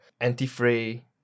anti-fray